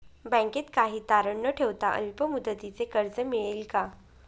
बँकेत काही तारण न ठेवता अल्प मुदतीचे कर्ज मिळेल का?